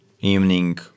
evening